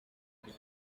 zimwe